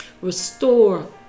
Restore